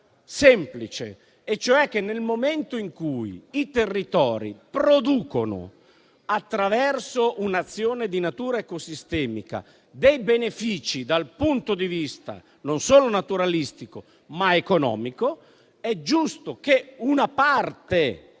semplice: nel momento in cui i territori producono, attraverso un'azione di natura ecosistemica, dei benefici dal punto di vista non solo naturalistico, ma anche economico, è giusto che una parte